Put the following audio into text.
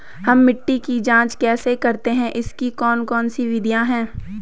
हम मिट्टी की जांच कैसे करते हैं इसकी कौन कौन सी विधियाँ है?